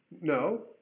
No